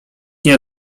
nie